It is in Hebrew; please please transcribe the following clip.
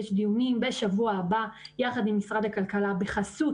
יש דיונים בשבוע הבא יחד עם משרד הכלכלה בחסות